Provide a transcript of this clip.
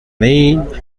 main